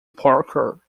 parker